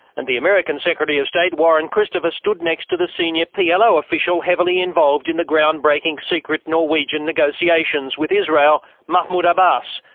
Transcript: and the american secretary of state, warren christopher, stood next to the senior plo official heavily involved in the ground-breaking secret norwegian negotiations with israel, mahmoud abbas,